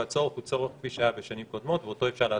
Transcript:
אבל הצורך הוא צורך כפי שהיה בשנים קודמות ואותו אפשר להסביר.